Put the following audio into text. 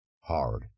Hard